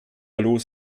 los